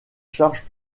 charges